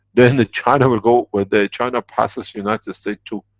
then china will go, where the china passes united state too.